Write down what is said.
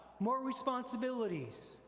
more responsibilities,